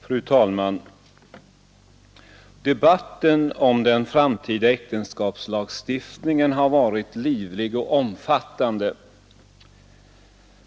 Fru talman! Debatten om den framtida äktenskapslagstiftningen har varit livlig och omfattande.